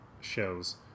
shows